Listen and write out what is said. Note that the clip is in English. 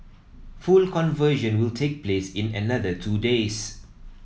full conversion will take place in another two days